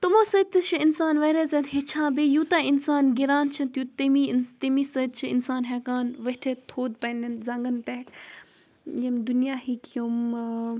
تمو سۭتۍ تہِ چھِ اِنسان واریاہ زیادٕ ہیٚچھان بیٚیہِ یوٗتاہ اِنسان گِران چھِ تمی تمی سۭتۍ چھِ اِنسان ہیٚکان ؤتھِتھ تھوٚد پنٛنٮ۪ن زَنٛگَن پٮ۪ٹھ ییٚمہِ دُنیاہہٕکۍ یِم